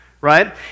right